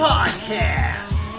Podcast